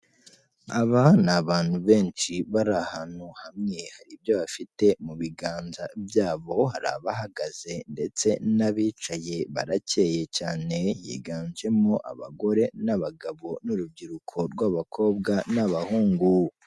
Aba ni abantu benshi, bari ahantu hamwe, hari ibyo bafite mu biganza by'abo, hari abahagaze ndetse n'abicaye, baracyeye cyane, higanjemo abagore n'abagabo n'urubyiruko rw'abakobwa n'abahungu.